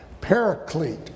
paraclete